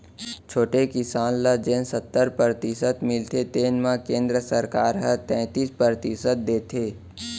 छोटे किसान ल जेन सत्तर परतिसत मिलथे तेन म केंद्र सरकार ह तैतीस परतिसत देथे